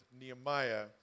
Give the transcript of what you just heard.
Nehemiah